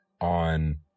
on